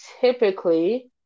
typically